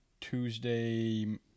Tuesday